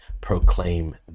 proclaim